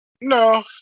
No